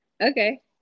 Okay